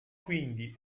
quindi